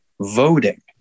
voting